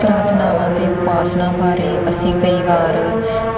ਪ੍ਰਾਰਥਨਾਵਾਂ ਅਤੇ ਉਪਾਸਨਾ ਬਾਰੇ ਅਸੀਂ ਕਈ ਵਾਰ